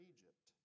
Egypt